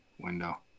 window